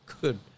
Good